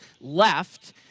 left